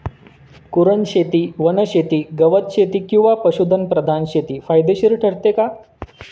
कुरणशेती, वनशेती, गवतशेती किंवा पशुधन प्रधान शेती फायदेशीर ठरते का?